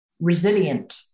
resilient